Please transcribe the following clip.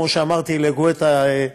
כמו שאמרתי לגואטה,